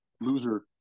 Loser